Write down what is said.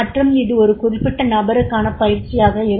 மற்றும் இது ஒரு குறிப்பிட்ட நபருக்கான பயிற்சியாக இருக்கும்